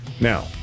Now